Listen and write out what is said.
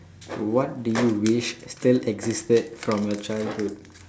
what do you wish still existed from your childhood